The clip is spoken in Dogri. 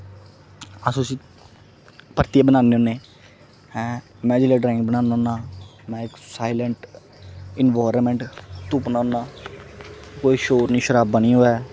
अस उसी परतियै बनाने होन्ने ऐं में जिसलै ड्रांइग बनाना होन्ना में इक साइलेंट एनवायरनमेंट तुप्पना होन्ना कोई शोर नेईं शराबा नेईं होवे